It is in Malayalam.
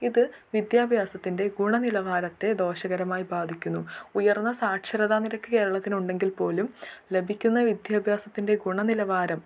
ഇത് വിദ്യാഭ്യാസത്തിൻ്റെ ഗുണനിലവാരത്തെ ദോഷകരമായി ബാധിക്കുന്നു ഉയർന്ന സാക്ഷരതാ നിരക്ക് കേരളത്തിൽ ഉണ്ടെങ്കിൽ പോലും ലഭിക്കുന്ന വിദ്യാഭ്യാസത്തിൻ്റെ ഗുണനിലവാരം